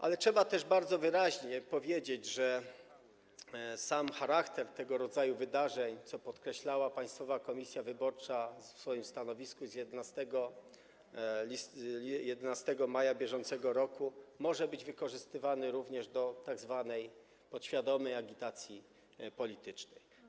Ale trzeba też bardzo wyraźnie powiedzieć, że sam charakter tego rodzaju wydarzeń, co podkreślała Państwowa Komisja Wyborcza w swoim stanowisku z 11 maja br., może być wykorzystywany również do tzw. podświadomej agitacji politycznej.